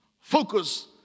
focus